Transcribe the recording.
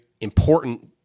important